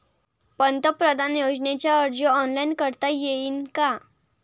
पंतप्रधान योजनेचा अर्ज ऑनलाईन करता येईन का?